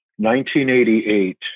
1988